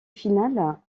finale